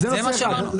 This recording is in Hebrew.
זה נושא אחד,